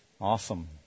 awesome